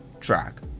track